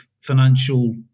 financial